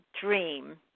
dream